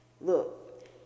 Look